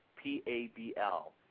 P-A-B-L